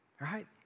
Right